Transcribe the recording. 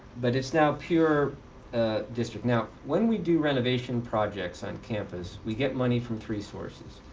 but it's now pure district. now when we do renovation projects on campus, we get money from three sources.